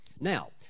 Now